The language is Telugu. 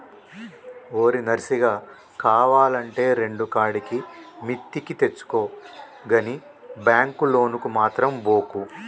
ఓరి నర్సిగా, కావాల్నంటే రెండుకాడికి మిత్తికి తెచ్చుకో గని బాంకు లోనుకు మాత్రం బోకు